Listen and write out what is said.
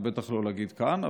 ובטח לא להגיד כאן,